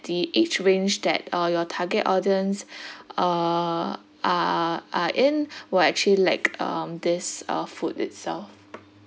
the age range that uh your target audience uh are are in will actually like um this uh food itself